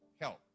help